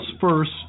first